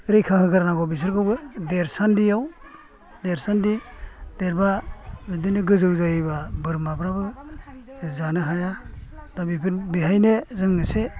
रैखा होगारनांगौ बिसोरखौबो देरसान्दियाव देरसान्दि देरब्ला बिदिनो गोजौ जायोब्ला बोरमाफ्राबो जानो हाया दा बेफोरनो बेहायनो जों एसे